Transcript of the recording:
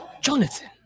Jonathan